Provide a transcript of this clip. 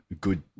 good